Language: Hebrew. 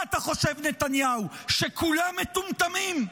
מה אתה חושב, נתניהו, שכולם מטומטמים?